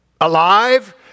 alive